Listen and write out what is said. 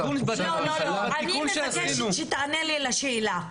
לא, לא, אני מבקשת שתענה לי לשאלה.